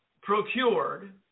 procured